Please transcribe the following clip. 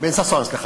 בן-ששון, סליחה.